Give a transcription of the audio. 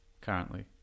Currently